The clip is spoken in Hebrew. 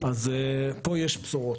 אז פה יש בשורות,